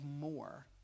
more